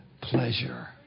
pleasure